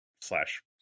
slash